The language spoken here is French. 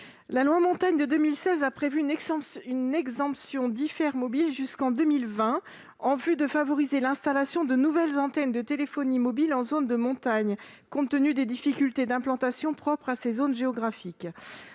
sur les entreprises de réseaux (IFER) mobile jusqu'en 2020 pour favoriser l'installation de nouvelles antennes de téléphonie mobile en zone de montagne, compte tenu des difficultés d'implantation propres à ces zones géographiques.